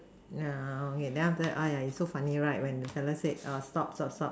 yeah okay then after that !aiya! is so funny right when the fellow said uh stop stop stop